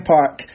Park